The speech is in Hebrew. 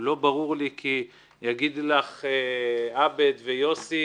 לא ברור לי, כי יגיד לך עבד, ויוסי,